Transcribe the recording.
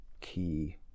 key